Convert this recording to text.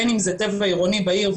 בין אם זה טבע עירוני בעיר,